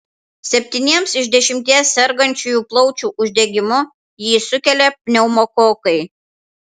septyniems iš dešimties sergančiųjų plaučių uždegimu jį sukelia pneumokokai